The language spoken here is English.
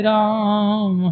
Ram